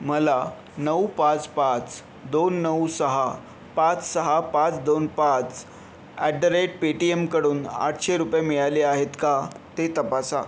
मला नऊ पाच पाच दोन नऊ सहा पाच सहा पाच दोन पाच ॲट द रेट पेटीएमकडून आठशे रुपये मिळाले आहेत का ते तपासा